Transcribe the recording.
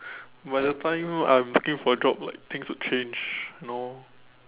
by the time I'm looking for a job like things would change no